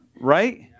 right